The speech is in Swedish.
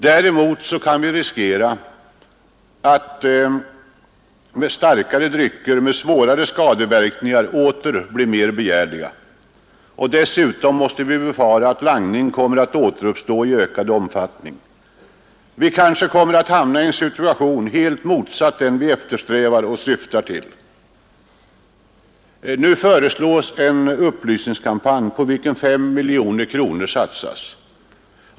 Däremot kan vi riskera att starkare drycker med svårare skadeverkningar åter blir mera begärliga. Dessutom måste vi befara att langningen kommer att återuppstå i ökad omfattning. Vi kanske kommer att hamna i en situation helt motsatt den vi eftersträvar och syftar till. Nu föreslås en upplysningskampanj, på vilken 5 miljoner kronor satsas.